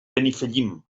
benifallim